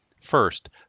First